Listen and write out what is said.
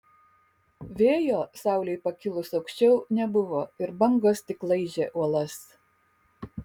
vėjo saulei pakilus aukščiau nebuvo ir bangos tik laižė uolas